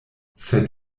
sed